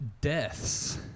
deaths